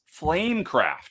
Flamecraft